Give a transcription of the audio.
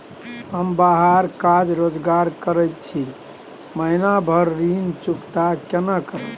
हम बाहर काज रोजगार करैत छी, महीना भर ऋण चुकता केना करब?